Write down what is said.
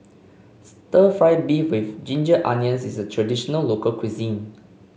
stir fry beef with Ginger Onions is a traditional local cuisine